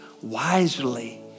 wisely